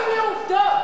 הוא לא מסכים לעובדות.